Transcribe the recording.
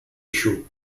issue